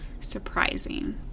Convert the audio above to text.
surprising